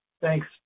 Thanks